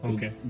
Okay